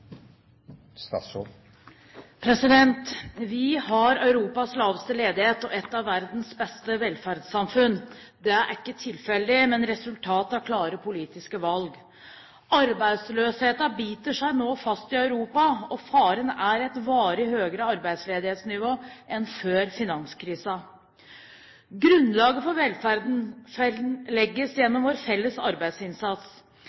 over. Vi har Europas laveste ledighet og et av verdens beste velferdssamfunn. Det er ikke tilfeldig, men et resultat av klare politiske valg. Arbeidsløsheten biter seg nå fast i Europa, og faren er et varig høyere arbeidsledighetsnivå enn før finanskrisen. Grunnlaget for